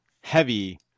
heavy